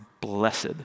blessed